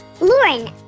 Lauren